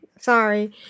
sorry